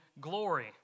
glory